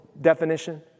definition